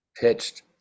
pitched